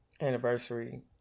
anniversary